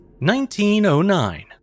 1909